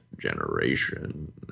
generation